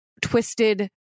twisted